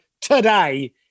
today